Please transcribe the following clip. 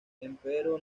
empero